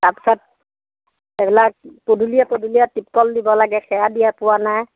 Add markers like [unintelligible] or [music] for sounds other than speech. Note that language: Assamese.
তাৰপিছত সেইবিলাক পদূলিয়ে পদূলিয়ে [unintelligible] দিব লাগে খেৰ দিয়া পোৱা নাই